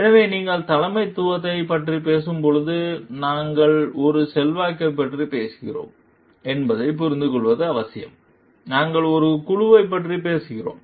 எனவே நீங்கள் தலைமைத்துவத்தைப் பற்றி பேசும்போது நாங்கள் ஒரு செல்வாக்கைப் பற்றி பேசுகிறோம் என்பதைப் புரிந்துகொள்வது அவசியம் நாங்கள் ஒரு குழுவைப் பற்றி பேசுகிறோம்